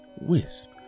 wisp